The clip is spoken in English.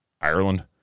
Ireland